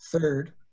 third